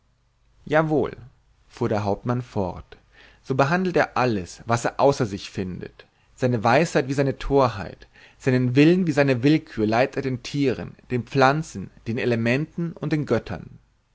jawohl fuhr der hauptmann fort so behandelt er alles was er außer sich findet seine weisheit wie seine torheit seinen willen wie seine willkür leiht er den tieren den pflanzen den elementen und den göttern